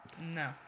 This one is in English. No